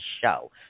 show